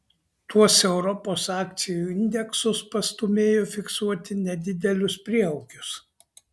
tuos europos akcijų indeksus pastūmėjo fiksuoti nedidelius prieaugius